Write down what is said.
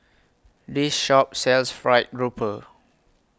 This Shop sells Fried Grouper